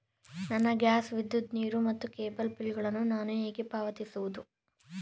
ನನ್ನ ಗ್ಯಾಸ್, ವಿದ್ಯುತ್, ನೀರು ಮತ್ತು ಕೇಬಲ್ ಬಿಲ್ ಗಳನ್ನು ನಾನು ಹೇಗೆ ಪಾವತಿಸುವುದು?